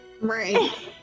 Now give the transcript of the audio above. right